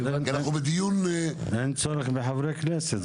כי אנחנו בדיון --- אין צורך בחברי כנסת,